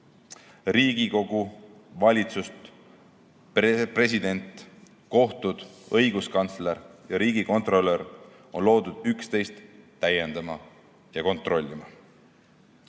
Riigikogu, valitsus, president, kohtud, õiguskantsler ja riigikontrolör on loodud üksteist täiendama ja kontrollima.